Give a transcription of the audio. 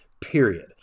period